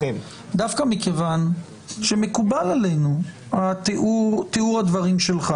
דווקא מכיוון שמקובל עלינו תיאור הדברים שלך,